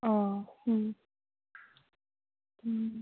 ꯑꯣ ꯎꯝ ꯎꯝ